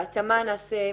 בהתאמה נעשה.